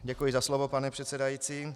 Děkuji za slovo, pane předsedající.